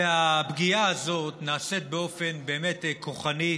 הפגיעה הזאת נעשית באופן כוחני,